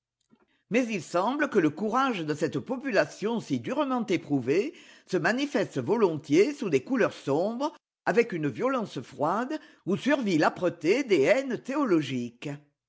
mais il semble que le courage de cette population si durement éprouvée se manifeste volontiers sous des couleurs sombres avec une violence froide où survit l'âpreté des haines théologiques